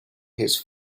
his